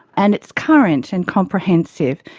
and it's current and comprehensive.